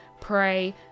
pray